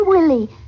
Willie